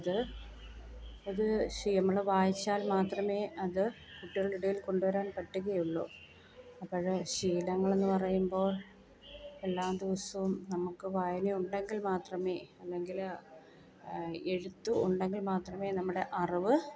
അത് അത് ശീലമുള്ള വായിച്ചാൽ മാത്രമേ അത് കുട്ടികളുടെ ഇടയിൽ കൊണ്ടുവരാൻ പറ്റുകയുള്ളു അപ്പോൾ ശീലങ്ങളെന്ന് പറയുമ്പോൾ എല്ലാ ദിവസവും നമുക്ക് വായന ഉണ്ടെങ്കിൽ മാത്രമേ അല്ലെങ്കിൽ എഴുത്ത് ഉണ്ടെങ്കിൽ മാത്രമേ നമ്മുടെ അറിവ്